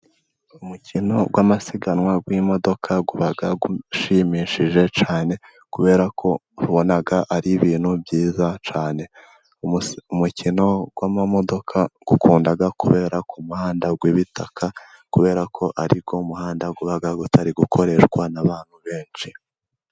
Umukino w'amasiganwa w'imodoka uba ushimishije cyane, kubera ko ubona ari ibintu byiza cyane, umukino w'amamodoka ukunda kubera ku muhanda w'ibitaka, kubera ko ariwo muhanda uba utari gukoreshwa n'abantu benshi.